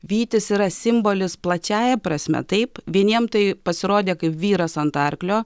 vytis yra simbolis plačiąja prasme taip vieniems tai pasirodė kaip vyras ant arklio